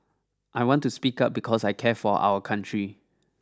I want to speak up because I care for our country